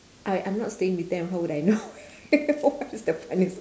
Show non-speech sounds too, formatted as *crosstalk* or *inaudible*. I I'm not staying with them how would I know *laughs* what is the funniest